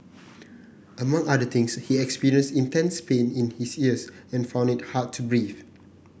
among other things he experienced intense pain in his ears and found it hard to breathe